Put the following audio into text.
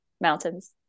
mountains